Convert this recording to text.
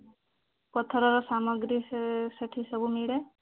ପଥରର ସାମଗ୍ରୀ ସେଠି ସବୁ ମିଳେ